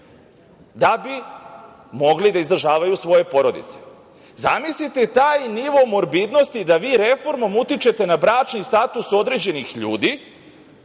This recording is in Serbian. da bi mogli da izdržavaju svoje porodice. Zamislite taj nivo morbidnosti da vi reformom utičete na bračni status određenih ljudi